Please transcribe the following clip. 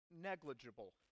negligible